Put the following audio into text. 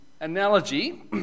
analogy